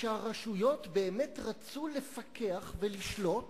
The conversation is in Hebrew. שבה הרשויות באמת רצו לפקח ולשלוט,